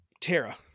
Tara